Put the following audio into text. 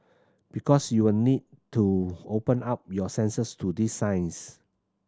because you'll need to open up your senses to these signs